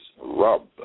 rub